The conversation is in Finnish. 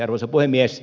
arvoisa puhemies